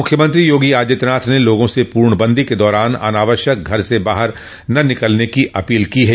मुख्यमंत्री योगी आदित्यनाथ ने लोगों से पूर्णबंदी के दौरान अनावश्यक घर से बाहर न निकलने की अपील की है